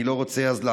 אז אני לא רוצה להאריך